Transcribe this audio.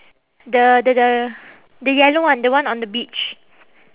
the the the the yellow one the one on the beach